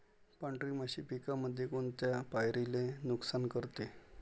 पांढरी माशी पिकामंदी कोनत्या पायरीले नुकसान करते?